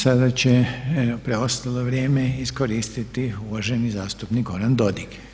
Sada će preostalo vrijeme iskoristiti uvaženi zastupnik goran Dodig.